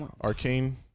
arcane